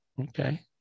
Okay